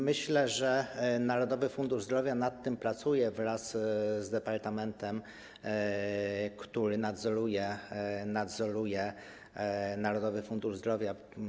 Myślę, że Narodowy Fundusz Zdrowia nad tym pracuje wraz z departamentem, który nadzoruje Narodowy Fundusz Zdrowia.